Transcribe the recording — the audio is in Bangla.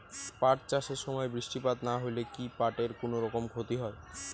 পাট চাষ এর সময় বৃষ্টিপাত না হইলে কি পাট এর কুনোরকম ক্ষতি হয়?